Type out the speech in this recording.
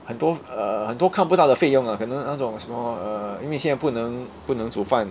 很多 uh 很多看不到的费用 ah 可能那种什么 uh 因为现在不能不能煮饭